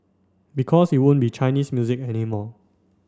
because it won't be Chinese music anymore